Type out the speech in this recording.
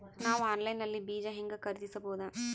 ನಾವು ಆನ್ಲೈನ್ ನಲ್ಲಿ ಬೀಜ ಹೆಂಗ ಖರೀದಿಸಬೋದ?